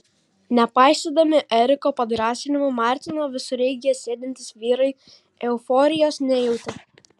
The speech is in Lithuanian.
nepaisydami eriko padrąsinimų martino visureigyje sėdintys vyrai euforijos nejautė